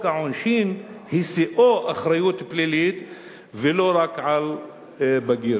העונשין השיאו אחריות פלילית ולא רק על בגיר,